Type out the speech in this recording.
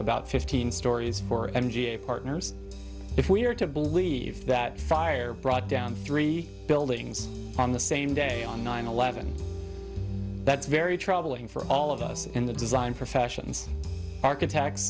about fifteen stories for n g a partners if we're to believe that fire brought down three buildings on the same day on nine eleven that's very troubling for all of us in the design for fashion's architects